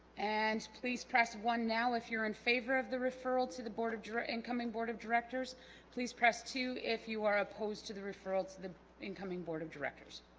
and please press one now if you're in favor of the referral to the board of drink umming board of directors please press two if you are opposed to the referral to the incoming board of directors